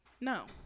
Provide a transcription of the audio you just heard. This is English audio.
No